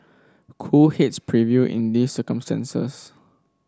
cool heads prevail in these circumstances